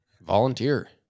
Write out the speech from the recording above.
volunteer